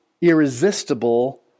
irresistible